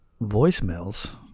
voicemails